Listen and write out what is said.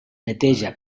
neteja